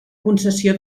concessió